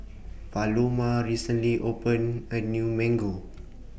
Paloma recently opened A New Mango